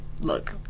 look